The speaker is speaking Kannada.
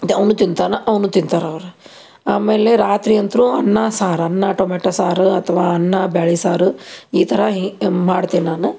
ಅವನ್ನು ತಿಂತಾನ ಅವನ್ನು ತಿಂತಾರವ್ರು ಆಮೇಲೆ ರಾತ್ರಿ ಅಂತು ಅನ್ನ ಸಾರು ಅನ್ನ ಟೊಮೆಟೋ ಸಾರು ಅಥವಾ ಅನ್ನ ಬ್ಯಾಳೆ ಸಾರು ಈ ಥರ ಹಿಂಗೆ ಮಾಡ್ತೇನೆ ನಾನು